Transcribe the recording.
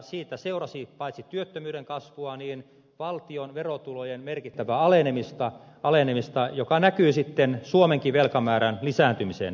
siitä seurasi paitsi työttömyyden kasvua myös valtion verotulojen merkittävää alenemista joka näkyy sitten suomenkin velkamäärän lisääntymisenä